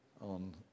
On